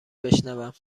بشنوم